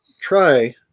try